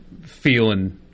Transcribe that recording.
feeling